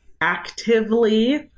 actively